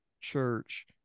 church